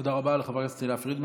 תודה רבה לחברת הכנסת תהלה פרידמן.